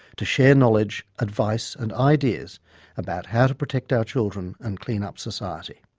to share knowledge, advice and ideas about how to protect our children and clean up society.